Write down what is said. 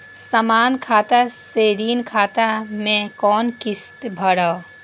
समान खाता से ऋण खाता मैं कोना किस्त भैर?